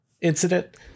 incident